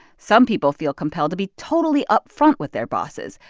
some people feel compelled to be totally upfront with their bosses.